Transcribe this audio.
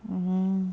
mm